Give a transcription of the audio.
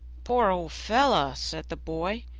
poor old fellow! said the boy,